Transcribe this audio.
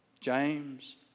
James